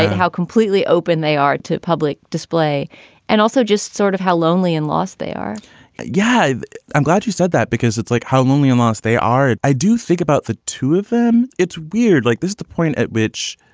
how completely open they are to public display and also just sort of how lonely and lost they are yeah i'm glad you said that, because it's like how lonely and lost they are. i do think about the two of them. it's weird like this, the point at which